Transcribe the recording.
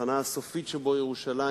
שהתחנה הסופית שלו היא ירושלים,